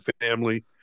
family